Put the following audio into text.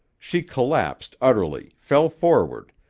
she collapsed utterly, fell forward,